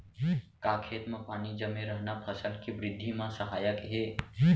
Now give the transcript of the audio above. का खेत म पानी जमे रहना फसल के वृद्धि म सहायक हे?